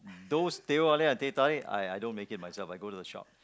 those teh O alia and teh tarik I don't make myself I go to the shop